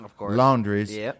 laundries